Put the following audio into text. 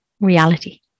reality